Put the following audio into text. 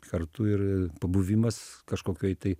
kartu ir pabuvimas kažkokioj tai